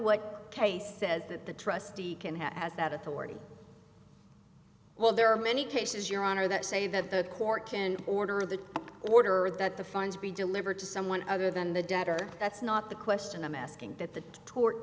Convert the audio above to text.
what case says that the trustee can has that authority well there are many cases your honor that say that the court can order the order or that the funds be delivered to someone other than the debtor that's not the question i'm asking that t